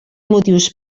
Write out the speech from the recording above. motius